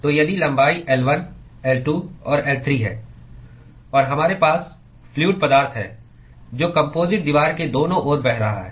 तो यदि लंबाई L1 L2 और L3 है और हमारे पास फ्लूअड पदार्थ है जो कम्पोजिट दीवार के दोनों ओर बह रहा है